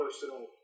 personal